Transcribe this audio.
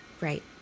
Right